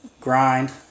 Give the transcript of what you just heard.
Grind